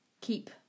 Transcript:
keep